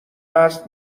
قصد